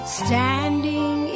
standing